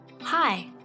Hi